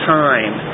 time